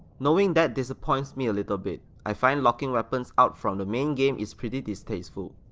knowing that disappoints me a little bit, i find locking weapons out from the main game is pretty distasteful.